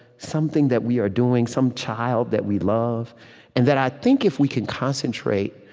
something that we are doing, some child that we love and that i think if we can concentrate